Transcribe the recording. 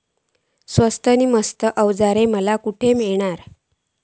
स्वस्त नी मस्त अवजारा माका खडे मिळतीत?